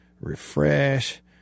Refresh